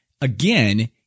again